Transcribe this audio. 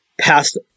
passed